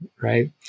right